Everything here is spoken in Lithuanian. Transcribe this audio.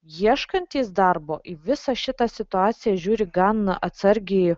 ieškantys darbo į visą šitą situaciją žiūri gan atsargiai